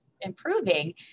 improving